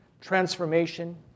transformation